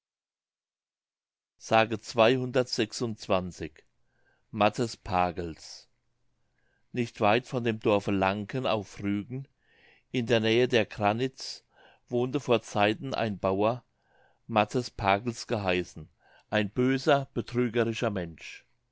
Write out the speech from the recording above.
s matthes pagels nicht weit von dem dorfe lanken auf rügen in der nähe der granitz wohnte vor zeiten ein bauer matthes pagels geheißen ein böser betrügerischer mensch